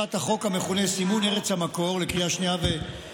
אנחנו עוברים להצעות חוק מטעם הכנסת בקריאה שנייה ושלישית.